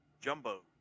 Jumbo